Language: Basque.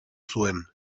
zuen